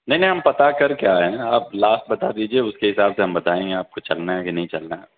نہیں نہیں ہم پتا کر کے آئے ہیں آپ لاسٹ بتا دیجیے اس کے حساب سے ہم بتائیں گے آپ کو چلنا ہے کہ نہیں چلنا ہے